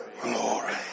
Glory